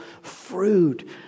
fruit